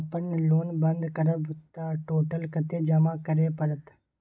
अपन लोन बंद करब त टोटल कत्ते जमा करे परत?